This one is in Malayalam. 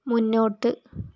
മുന്നോട്ട്